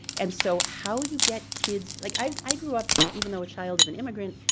and so how you get kids, like i grew up even though a child of an immigrant,